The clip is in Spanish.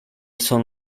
son